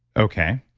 okay.